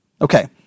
Okay